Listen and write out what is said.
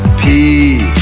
p,